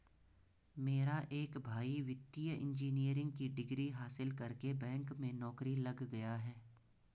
मेरा एक भाई वित्तीय इंजीनियरिंग की डिग्री हासिल करके बैंक में नौकरी लग गया है